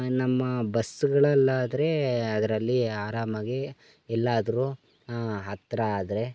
ನಮ್ಮ ಬಸ್ಗಳಲ್ಲಾದರೆ ಅದರಲ್ಲಿ ಆರಾಮಾಗಿ ಎಲ್ಲಾದರು ಹತ್ತಿರ ಆದರೆ